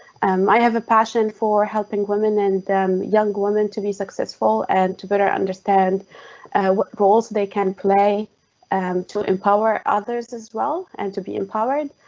um i have a passion for helping women and young woman to be successful and to better understand rules they can play um to empower others as well, and to be empowered.